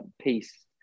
peace